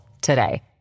today